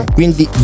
Quindi